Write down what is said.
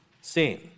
seen